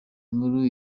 nkuru